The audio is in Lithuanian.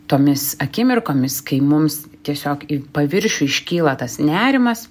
tomis akimirkomis kai mums tiesiog į paviršių iškyla tas nerimas